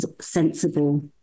sensible